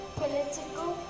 political